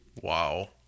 Wow